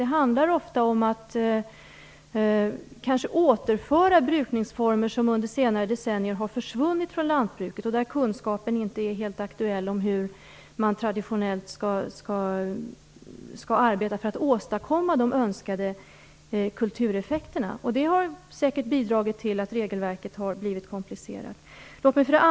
Det handlar ofta om att återinföra brukningsformer som under senare decennier har försvunnit från lantbruket, och där kunskapen om hur man traditionellt skall arbeta för att åstadkomma de önskade kultureffekterna inte är helt aktuell. Detta har säkert bidragit till att regelverket blivit komplicerat.